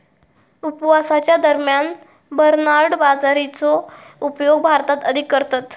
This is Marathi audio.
उपवासाच्या दरम्यान बरनार्ड बाजरीचो उपयोग भारतात अधिक करतत